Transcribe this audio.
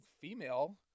female